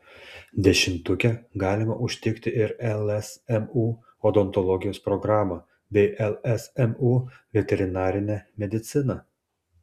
dešimtuke galima užtikti ir lsmu odontologijos programą bei lsmu veterinarinę mediciną